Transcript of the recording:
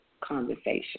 conversation